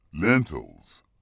lentils